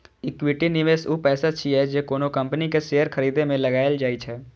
equity निवेश ऊ पैसा छियै, जे कोनो कंपनी के शेयर खरीदे मे लगाएल जाइ छै